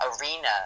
arena